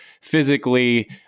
physically